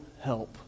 help